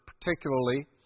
particularly